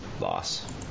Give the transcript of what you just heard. loss